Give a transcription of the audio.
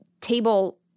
table